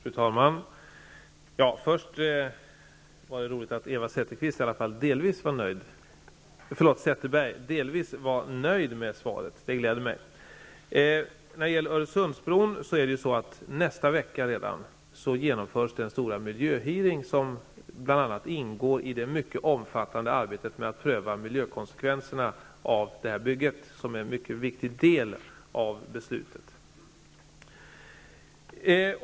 Fru talman! Det var roligt att Eva Zetterberg i alla fall delvis var nöjd med svaret. Det gläder mig. När det gäller Öresundsbron genomförs redan nästa vecka den stora miljöhearing som bl.a. ingår i det mycket omfattande arbetet med att pröva miljökonsekvenserna av bygget. Det är en mycket viktig del av beslutet.